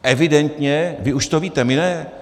Evidentně vy už to víte, my ne.